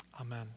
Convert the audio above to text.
Amen